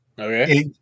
Okay